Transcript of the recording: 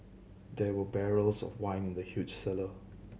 there were barrels of wine in the huge cellar